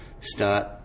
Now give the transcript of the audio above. start